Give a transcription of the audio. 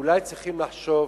אולי צריכים לחשוב